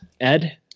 Ed